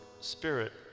spirit